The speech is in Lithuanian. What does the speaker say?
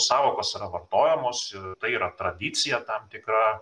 sąvokos vartojamos tai yra tradicija tam tikra